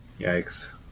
Yikes